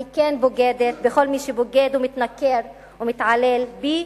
אני כן בוגדת בכל מי שבוגד ומתנכר ומתעלל בי,